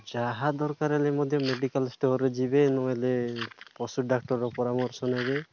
ଯାହା ଦରକାର ହେଲେ ମଧ୍ୟ ମେଡ଼ିକାଲ ଷ୍ଟୋର୍ରେ ଯିବେ ନହେଲେ ପଶୁ ଡାକ୍ତରର ପରାମର୍ଶ ନେବେ